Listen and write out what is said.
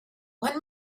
one